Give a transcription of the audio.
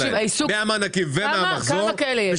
שני המענקים והמחזור,